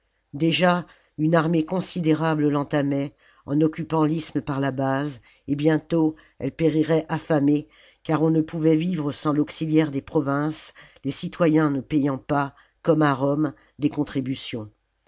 déjà une armée considérable l'entamait en occupant l'isthme par la base et bientôt elle périrait affamée car on ne pouvait vivre sans l'auxiliaire des provinces les citoyens ne payant pas comme à rome des contributions